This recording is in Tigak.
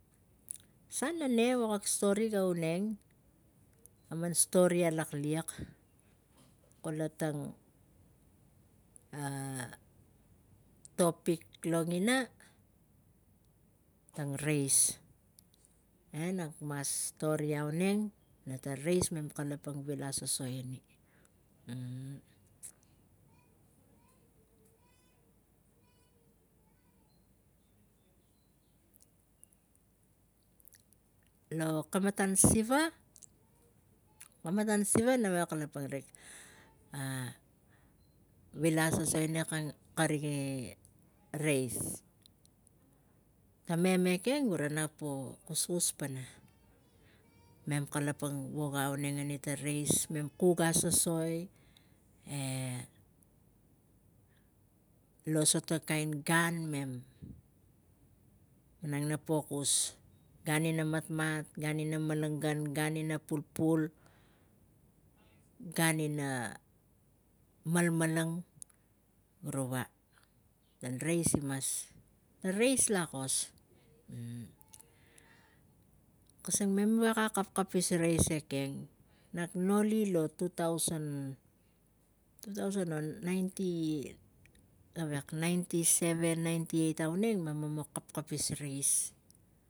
Sa nane vok kak stori ga auneng kaman stori a lakliek kula tang a tang topic logina tang reis e nak mas stori auneng e tang reis mem kalapang vila asoso eni. Lo kamatan siva, kamatan siva nak veko kalapang vila asoso soani kari e reis kkamem ekeng mem kuskus pana mem kalapang wog tegeni tang reis mem kuk asoi e lo sota lain namem ga po kus gan ina mat, gan ina malmalang guruva ttang reis imas, tang reis lakos. Kisang namem gaveko kapkapis ta reis ekeng nak noli lo tu tausen vo ninety vo ninety seven mema kapkapis reis.